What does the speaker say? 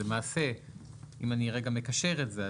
למעשה אם אני מקשר את זה,